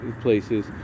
places